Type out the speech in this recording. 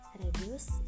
reduce